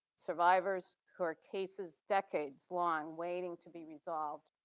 survivors who are cases decades long waiting to be resolved.